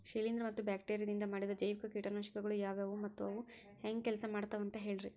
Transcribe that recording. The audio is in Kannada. ಶಿಲೇಂಧ್ರ ಮತ್ತ ಬ್ಯಾಕ್ಟೇರಿಯದಿಂದ ಮಾಡಿದ ಜೈವಿಕ ಕೇಟನಾಶಕಗೊಳ ಯಾವ್ಯಾವು ಮತ್ತ ಅವು ಹೆಂಗ್ ಕೆಲ್ಸ ಮಾಡ್ತಾವ ಅಂತ ಹೇಳ್ರಿ?